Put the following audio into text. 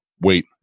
wait